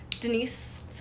denise